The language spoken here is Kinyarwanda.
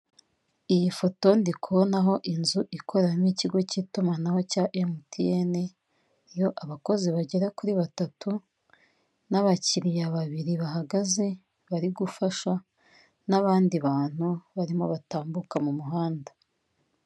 Iyi foto ndi kubonaho inzu ikoreramo ikigo cy'itumanaho cya MTN, iyo abakozi bagera kuri batatu n'abakiriya babiri bahagaze bari gufasha n'abandi bantu barimo batambuka mu muhanda.